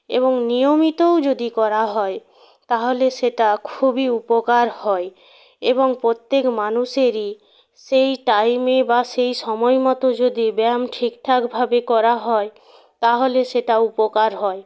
এবং নিয়মিতও যদি করা হয় তাহলে সেটা খুবই উপকার হয় এবং প্রত্যেক মানুষেরই সেই টাইমে বা সেই সময়মতো যদি ব্যায়াম ঠিক ঠাকভাবে করা হয় তাহলে সেটা উপকার হয়